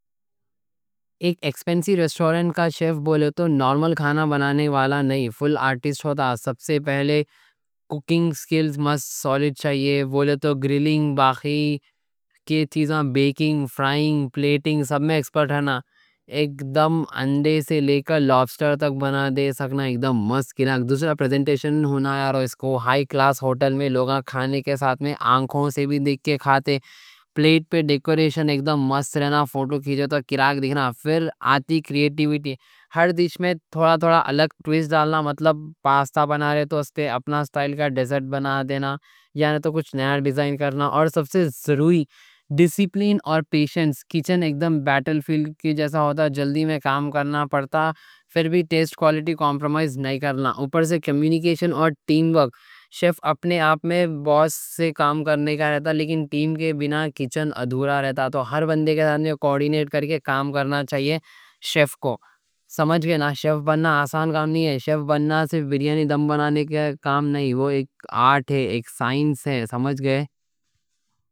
ایک ایکسپینسی ریسٹورنٹ کا شیف بولے تو نارمل کھانا بنانے والا نہیں، فل آرٹسٹ ہوتا۔ سب سے پہلے ککنگ سکلز مست سولیڈ چاہیے، بولے تو گرلنگ، باقی کے چیزوں، بیکنگ، فرائنگ، پلیٹنگ سب میں ایکسپرٹ ہیں۔ ایک دم انڈے سے لے کر لابسٹر تک بنا دے سکنا، ایک دم مست کرنا۔ دوسرا پریزنٹیشن ہونا ہے، اور اسکو ہائی کلاس ہوٹل میں لوگا کھانے کے ساتھ میں آنکھوں سے بھی دیکھ کے کھاتے۔ پلیٹ پہ ڈیکوریشن ایک دم مست رہنا، فوٹو کھینچو تو کراک دیکھنا۔ پھر آتی کریئیٹیویٹی ہر ڈش میں۔ تھوڑا تھوڑا الگ ٹویسٹ ڈالنا، مطلب پاسٹا بنا رہے تو اس کے اپنا اسٹائل کا ڈیزرٹ بنا دینا، یعنی تو کچھ نیا ڈیزائن کرنا۔ اور سب سے ضروری ڈیسیپلین اور پیشنَس، کیچن ایک دم بیٹل فیلڈ کی جیسا ہوتا، جلدی میں کام کرنا پڑتا، پھر بھی ٹیسٹ کوالٹی میں کمپرومائز نہیں کرنا۔ اوپر سے کمیونیکیشن اور ٹیم ورک، شیف اپنے آپ میں باس سے کام کرنے کا رہتا لیکن ٹیم کے بینہ کیچن ادھورا رہتا۔ تو ہر بندے کے ساتھ کوارڈینیٹ کر کے کام کرنا چاہیے۔ شیف کو سمجھ گئے نا، شیف بننا آسان کام نہیں ہے۔ شیف بننا صرف بریانی دم بنانے کے کام نہیں، وہ ایک آرٹ ہے، ایک سائنس ہے، سمجھ گئے۔